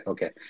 Okay